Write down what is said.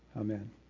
Amen